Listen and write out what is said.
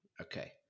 Okay